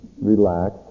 relax